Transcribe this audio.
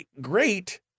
Great